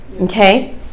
Okay